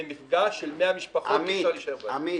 זה מפגע של 100 משפחות --- אבל מה?